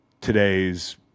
today's